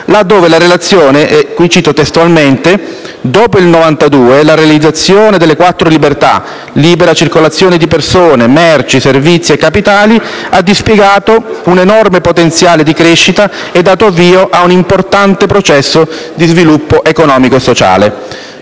là dove la relazione afferma, cito testualmente: «Dopo il 1992, la realizzazione delle "quattro libertà" (libera circolazione di persone, merci, servizi e capitali) ha dispiegato un enorme potenziale di crescita e dato avvio a un importante processo di sviluppo economico e sociale».